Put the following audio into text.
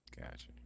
Gotcha